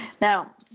Now